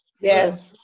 Yes